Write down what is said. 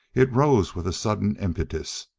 it rose with a sudden impetus,